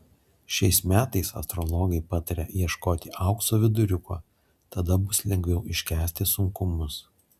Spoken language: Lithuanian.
šiais metais astrologai pataria ieškoti aukso viduriuko tada bus lengviau iškęsti sunkumus